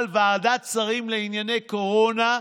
אבל ועדת שרים לענייני קורונה,